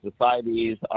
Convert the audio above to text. societies